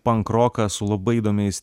pankroką su labai įdomiais